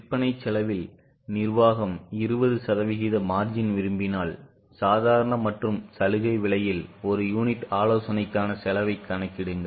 விற்பனை செலவில் நிர்வாகம் 20 சதவிகித margin விரும்பினால் சாதாரண மற்றும் சலுகை விலையில் ஒரு யூனிட் ஆலோசனைக்கான செலவைக் கணக்கிடுங்கள்